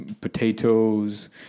potatoes